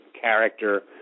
character